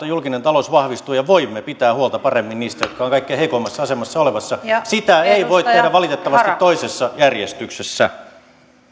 julkinen talous vahvistuu ja voimme pitää huolta paremmin niistä jotka ovat kaikkein heikoimmassa asemassa olevia sitä ei voi tehdä valitettavasti toisessa järjestyksessä arvoisa puhemies